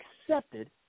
accepted